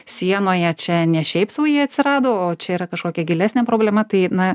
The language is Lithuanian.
sienoje čia ne šiaip sau jie atsirado o čia yra kažkokia gilesnė problema tai na